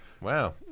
Wow